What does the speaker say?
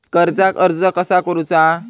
कर्जाक अर्ज कसा करुचा?